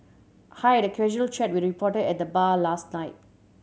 I had a casual chat with a reporter at the bar last night